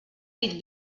dit